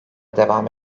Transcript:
devam